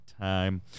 time